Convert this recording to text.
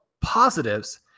positives